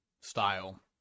style